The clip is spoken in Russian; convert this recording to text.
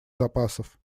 запасов